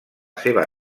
seva